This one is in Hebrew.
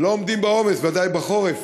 לא עומדים בעומס, בוודאי בחורף.